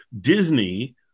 disney